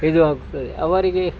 ಇದು ಆಗುತ್ತದೆ ಅವರಿಗೆ